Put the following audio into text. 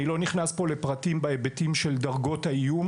אני לא נכנס פה לפרטים בהיבטים של דרגות האיום.